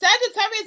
Sagittarius